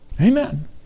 Amen